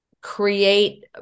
create